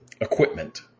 equipment